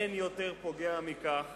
אין יותר פוגע מכך